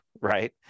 Right